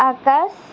আকাশ